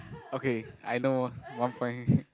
okay I know one point